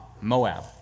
Moab